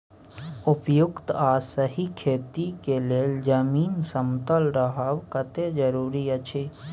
उपयुक्त आ सही खेती के लेल जमीन समतल रहब कतेक जरूरी अछि?